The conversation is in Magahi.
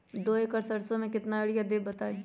दो एकड़ सरसो म केतना यूरिया देब बताई?